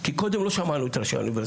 כי קודם לא שמענו את ראשי האוניברסיטאות.